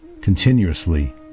continuously